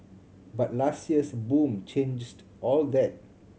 but last year's boom changed all that